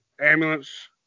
ambulance